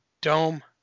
Dome